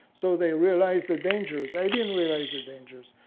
so they realized the dangers. i didn't realize the dangers.